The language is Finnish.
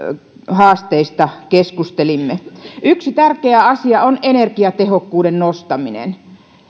haasteista keskustelimme yksi tärkeä asia on energiatehokkuuden nostaminen